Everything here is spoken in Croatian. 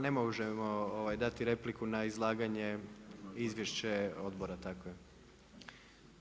Ne možemo dati repliku na izlaganje, izvješće je odbora, tako je.